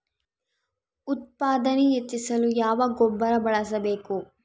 ಉತ್ಪಾದನೆ ಹೆಚ್ಚಿಸಲು ಯಾವ ಗೊಬ್ಬರ ಬಳಸಬೇಕು?